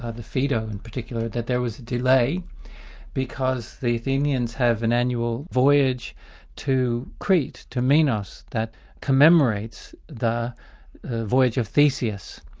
ah the phaedo in particular, that there was a delay because the athenians have an annual voyage to crete, to minos, that commemorates the voyage of theseus.